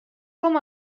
com